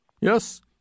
Yes